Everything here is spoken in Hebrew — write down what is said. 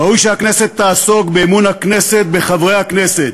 ראוי שהכנסת תעסוק באמון הכנסת בחברי הכנסת,